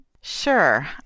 Sure